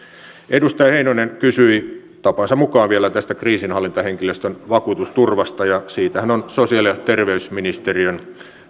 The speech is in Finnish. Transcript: edustaja heinonen kysyi tapansa mukaan vielä tästä kriisinhallintahenkilöstön vakuutusturvasta ja siitähän on sosiaali ja terveysministeriön